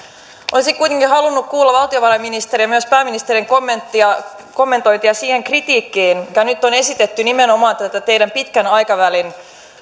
olisin kuitenkin halunnut kuulla valtiovarainministerin ja myös pääministerin kommentointia siihen kritiikkiin mitä nyt on esitetty nimenomaan tätä teidän pitkän aikavälin